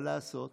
מה לעשות.